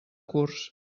curs